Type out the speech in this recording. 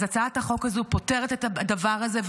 אז הצעת החוק הזאת פותרת את הדבר הזה,